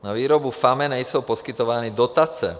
Na výrobu FAME nejsou poskytovány dotace.